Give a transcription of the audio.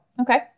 Okay